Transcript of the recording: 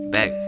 Back